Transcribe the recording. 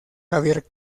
javier